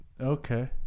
Okay